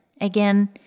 Again